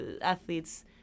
athletes